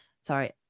sorry